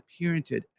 parented